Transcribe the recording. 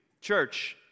church